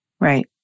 Right